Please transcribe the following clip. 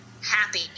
happy